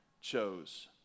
chose